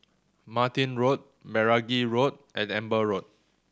Martin Road Meragi Road and Amber Road